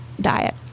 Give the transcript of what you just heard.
diet